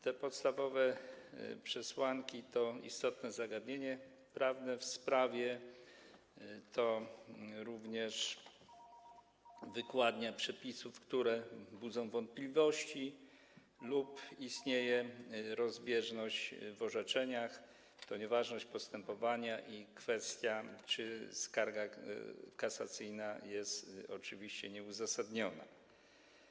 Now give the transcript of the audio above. Te podstawowe przesłanki to istotne zagadnienie prawne w sprawie, to również wykładnia przepisów, które budzą wątpliwości, lub istnienie rozbieżności w orzeczeniach, to nieważność postępowania i kwestia, czy skarga kasacyjna jest nieuzasadniona.